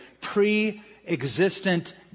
pre-existent